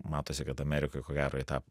matosi kad amerikoj ko gero į tą